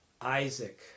Isaac